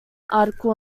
article